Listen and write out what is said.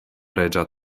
reĝa